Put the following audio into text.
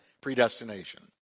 predestination